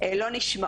הן לא נשמעות,